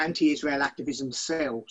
אנחנו פעילים בחמש יבשות,